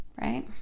right